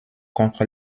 contre